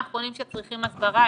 העיתונאים הם האחרונים שצריכים הסברה,